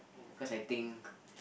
cause I think